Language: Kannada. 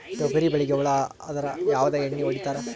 ತೊಗರಿಬೇಳಿಗಿ ಹುಳ ಆದರ ಯಾವದ ಎಣ್ಣಿ ಹೊಡಿತ್ತಾರ?